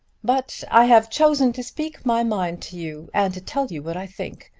but i have chosen to speak my mind to you and to tell you what i think.